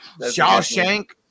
Shawshank